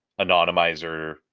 anonymizer